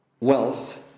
Wealth